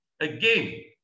Again